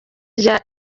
rya